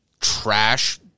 trash